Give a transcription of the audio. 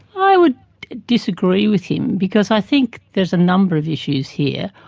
i would disagree with him because i think there's a number of issues here.